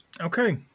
Okay